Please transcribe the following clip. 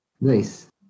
Nice